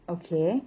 okay